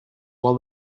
while